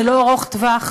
זה לא ארוך טווח.